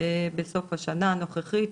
בסוף השנה הנוכחית,